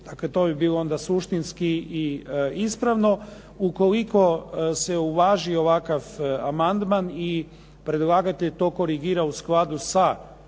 Dakle, to bi bilo onda suštinski i ispravno. Ukoliko se uvaži ovakav amandman i predlagatelj to korigira u skladu sa